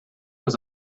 was